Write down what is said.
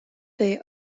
they